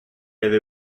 avait